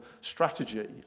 strategy